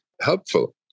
helpful